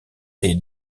est